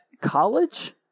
college